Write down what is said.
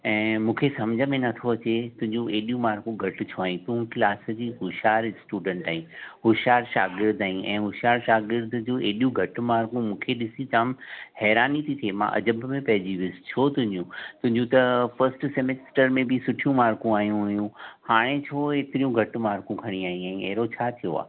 ऐं मूंखे समुझ में नथो अचे तुहिंजियूं हेॾियूं मार्कूं घटि छो आहे तूं क्लास जी होशियारु स्टूडंट आहीं होशियार शागिर्दु आहीं ऐं होशियार शागिर्द जूं हेॾियूं घटि मार्कूं मूंखे ॾिसी जाम हैरानी थी थिए मां अजब में पंहिंजी वियुसि छो तुहिंजियूं तुहिंजियूं त फ़स्ट सैमेस्टर में बि सुठियूं मार्कूं आयूं हुयूं हाणे छो हेतिरियूं घटि मार्कूं खणी आईं आहे अहिड़ो छा थियो आहे